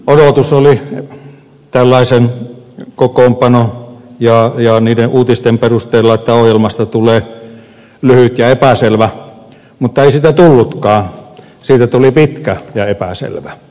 odotus oli tällaisen kokoonpanon ja niiden uutisten perusteella että ohjelmasta tulee lyhyt ja epäselvä mutta ei siitä tullutkaan siitä tuli pitkä ja epäselvä